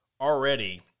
already